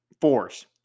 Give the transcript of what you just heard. Force